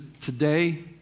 today